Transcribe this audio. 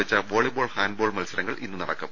വെച്ച volleyball handball മത്സരങ്ങൾ ഇന്ന് നടക്കും